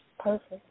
Perfect